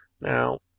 Now